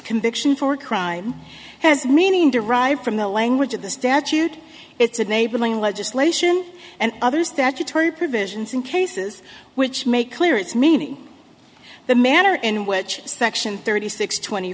conviction for a crime has meaning derived from the language of the statute it's enabling legislation and others that you tory provisions in cases which make clear its meaning the manner in which section thirty six twenty